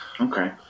Okay